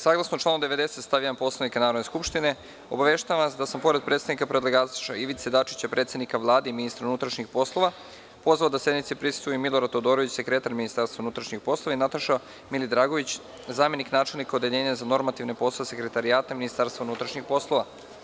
Saglasno članu 90. stav 1. Poslovnika Narodne skupštine, obaveštavam vas da sam, pored predstavnika predlagača Ivice Dačića, predsednika Vlade i ministra unutrašnjih poslova, pozvao da sednici prisustvuje i Milorad Todorović, sekretar Ministarstva unutrašnjih poslova, i Nataša Milidragović, zamenik načelnika Odeljenja za normativne poslove Sekretarijata Ministarstva unutrašnjih poslova.